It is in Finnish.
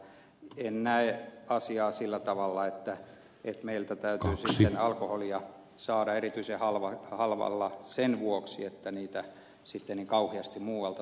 en näe asiaa sillä tavalla että meiltä täytyisi alkoholia saada erityisen halvalla sen vuoksi että sitä sitten niin kauheasti muualta tuodaan